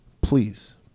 Please